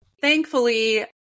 thankfully